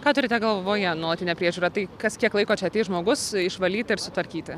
ką turite galvoje nuolatinę priežiūrą tai kas kiek laiko čia ateis žmogus išvalyti ir sutvarkyti